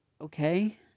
Okay